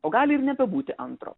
o gali ir nebebūti antro